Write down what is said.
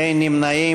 אין נמנעים.